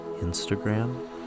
Instagram